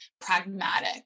pragmatic